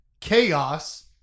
chaos